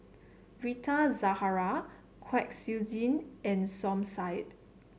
Rita Zahara Kwek Siew Jin and Som Said